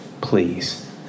please